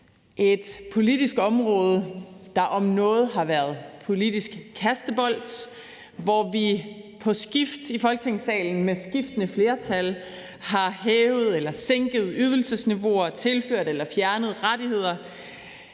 et politisk område, der om noget har været politisk kastebold, hvor vi på skift i Folketingssalen med skiftende flertal har hævet eller sænket ydelsesniveauer og tilført eller fjernet rettigheder.